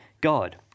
God